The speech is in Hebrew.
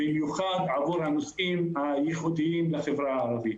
במיוחד עבור הנושאים הייחודיים לחברה הערבית.